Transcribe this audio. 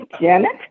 Janet